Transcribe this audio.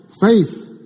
Faith